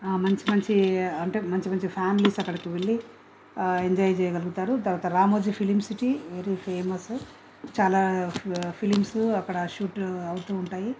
మంచి మంచి అంటే మంచి మంచి ఫ్యామిలీస్ అక్కడికి వెళ్ళి ఎంజాయ్ చేయగలుగుతారు తర్వాత Ramoji film city very famous చాలా ఫిలింస్ అక్కడ షూట్ అవుతూ ఉంటాయి